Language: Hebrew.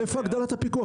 איפה הגדלת הפיקוח?